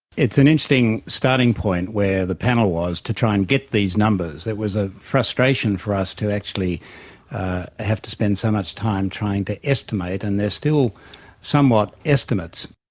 it's an interesting starting point where the panel was to try and get these numbers. it was a frustration for us to actually have to spend so much time trying to estimate, and they are still somewhat estimates.